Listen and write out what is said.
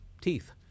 teeth